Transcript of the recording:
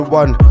one